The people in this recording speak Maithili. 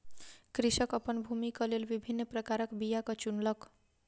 कृषक अपन भूमिक लेल विभिन्न प्रकारक बीयाक चुनलक